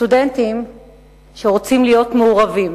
סטודנטים שרוצים להיות מעורבים,